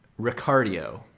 Ricardio